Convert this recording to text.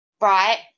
right